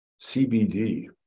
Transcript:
CBD